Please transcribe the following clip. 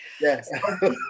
Yes